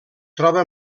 troba